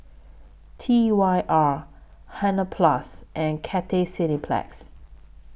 T Y R Hansaplast and Cathay Cineplex